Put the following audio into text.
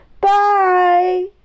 bye